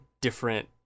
different